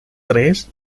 tres